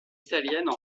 italiennes